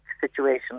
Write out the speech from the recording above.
situation